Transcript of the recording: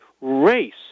race